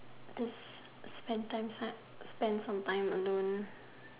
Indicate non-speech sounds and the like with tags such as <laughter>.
as spend time <unintelligible> spend some time alone